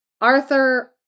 Arthur